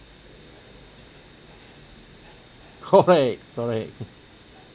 correct correct